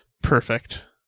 Perfect